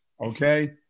okay